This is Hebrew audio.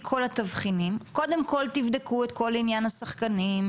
כל התבחינים קודם כל תבחנו את כל עניין השחקנים,